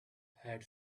had